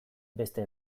beste